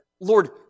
Lord